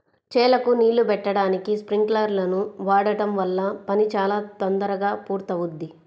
చేలకు నీళ్ళు బెట్టడానికి స్పింకర్లను వాడడం వల్ల పని చాలా తొందరగా పూర్తవుద్ది